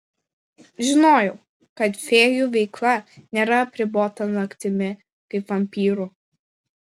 žinojau kad fėjų veikla nėra apribota naktimi kaip vampyrų